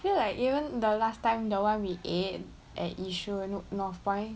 feel like even the last time the [one] we ate at yishun north point